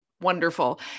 wonderful